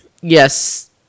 yes